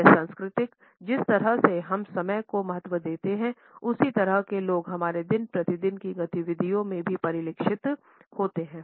ये सांस्कृतिक जिस तरह से हम समय को महत्व देते हैं उसी तरह से लोग हमारे दिन प्रतिदिन की गतिविधियों में भी परिलक्षित होते हैं